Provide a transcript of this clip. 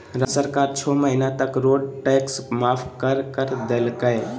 राज्य सरकार छो महीना तक रोड टैक्स माफ कर कर देलकय